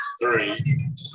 three